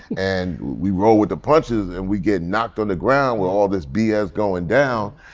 and we roll with the punches, and we get knocked on the ground with all this b s. going down.